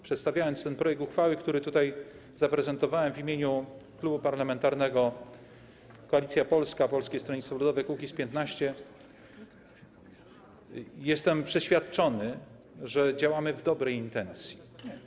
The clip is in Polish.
Przedstawiając ten projekt uchwały, który tutaj zaprezentowałem w imieniu Klubu Parlamentarnego Koalicja Polska - Polskie Stronnictwo Ludowe - Kukiz15, jestem przeświadczony, że działamy w dobrej intencji.